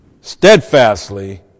steadfastly